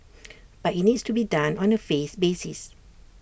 but IT needs to be done on A phase' basis